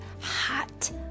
hot